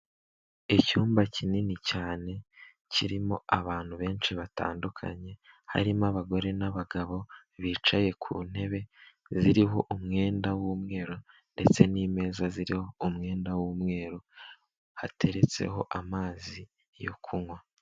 Icyumba kinini cyane kirimo abantu benshi batandukanye, harimo abagore n'abagabo bicaye ku ntebe, ziriho umwenda w'umweru ndetse n'imeza ziriho umwenda w'umweru, hateretseho amazi yo kunywa.